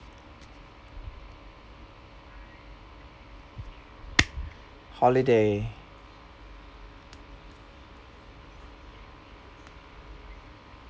holiday